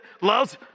loves